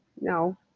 no